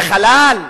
לחלל?